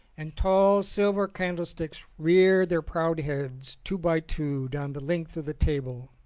and tall silver candlesticks reared their proud heads two by two down the length of the table.